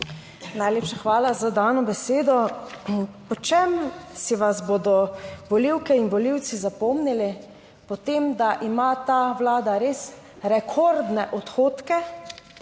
Najlepša hvala za dano besedo. Po čem si vas bodo volivke in volivci zapomnili? Po tem, da ima ta vlada res rekordne odhodke.